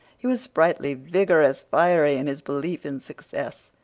he was sprightly, vigorous, fiery in his belief in success.